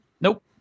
Nope